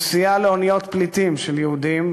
הוא סייע לאוניות פליטים של יהודים,